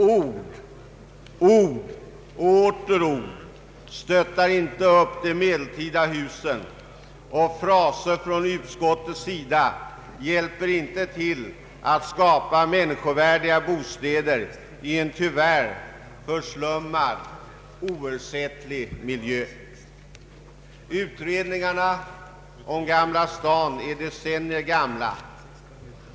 Ord, ord och åter ord stöttar inte upp de medeltida husen, och fraser från utskottets sida hjälper inte till att skapa människovärdiga bostäder i en tyvärr förslummad, oersättlig miljö. Utredningarna om Gamla Stan är decennier gamla.